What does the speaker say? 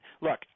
look